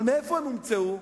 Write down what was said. אבל איפה הם נמצאו?